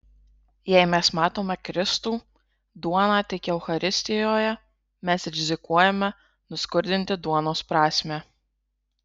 jei mes matome kristų duoną tik eucharistijoje mes rizikuojame nuskurdinti duonos prasmę